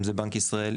אם זה בנק ישראל,